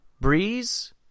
Breeze